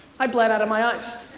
i bled out of my eyes.